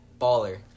baller